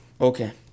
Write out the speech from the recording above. Okay